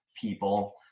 people